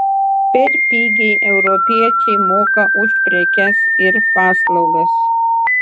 per pigiai europiečiai moka už prekes ir paslaugas